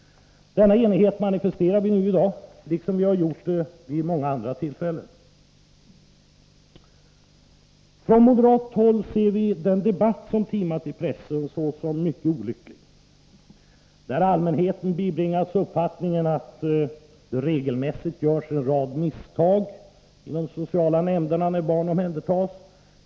Denna enighet manifesterar vi nu i dag, liksom vi har gjort vid många andra tillfällen. Från moderat håll ser vi den debatt som timat i pressen som mycket olycklig. Allmänheten bibringas där uppfattningen att det regelmässigt görs en rad misstag inom de sociala nämnderna när barn omhändertas.